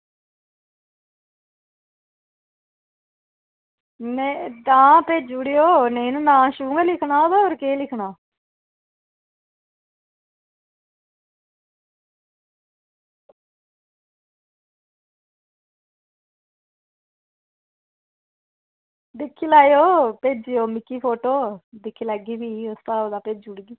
नेईं तां भेजी ओड़ेओ नेईं नांऽ शुं गै लिखना होर केह् लिखना दिक्खी लैयो भेजेओ मिगी फोटो दिक्खी लैगी फ्ही उस स्हाब दा भेजी ओड़गी